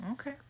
Okay